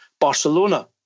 Barcelona